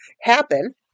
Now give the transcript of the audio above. happen